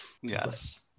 yes